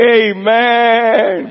amen